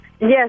Yes